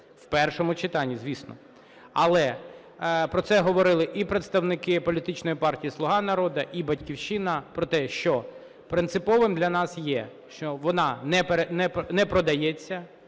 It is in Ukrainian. в першому читанні, звісно. Але про це говорили і представники політичної партії "Слуга народу", і "Батьківщина" про те, що принциповим для нас є, що вона не продається,